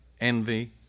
envy